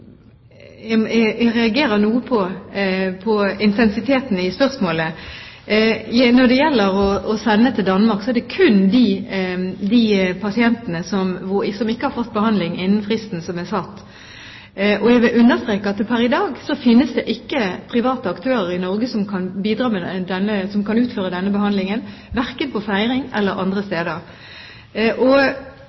Jeg reagerer noe på intensiteten i spørsmålet. Når det gjelder det å sende pasienter til Danmark, gjelder det kun de pasientene som ikke har fått behandling innen den fristen som er satt. Jeg vil understreke at pr. i dag finnes det ikke private aktører i Norge som kan utføre denne behandlingen, verken på Feiring eller andre steder. Når vi bare har åtte spesialister i hele landet, og